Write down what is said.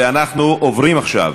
ואנחנו עוברים עכשיו